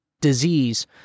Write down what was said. disease